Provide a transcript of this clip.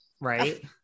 Right